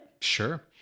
Sure